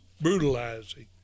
brutalizing